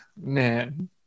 man